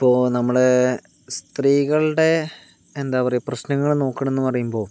ഇപ്പോൾ നമ്മളെ സ്ത്രീകളുടെ എന്താ പറയുക പ്രശ്നനങ്ങൾ നോക്കുവാണെന്ന് പറയുമ്പോ